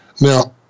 Now